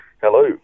hello